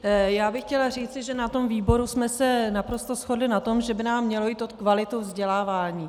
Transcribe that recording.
Já bych chtěla říci, že na výboru jsme se naprosto shodli na tom, že by nám mělo jít o kvalitu vzdělávání.